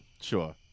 Sure